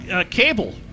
cable